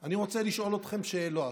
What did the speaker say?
אני לא מטיף לך מוסר.